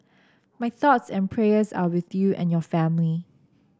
my thoughts and prayers are with you and your family